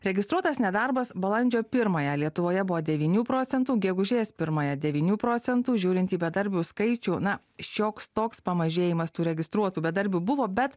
registruotas nedarbas balandžio pirmąją lietuvoje buvo devynių procentų gegužės pirmąją devynių procentų žiūrint į bedarbių skaičių na šioks toks pamažėjimas tų registruotų bedarbių buvo bet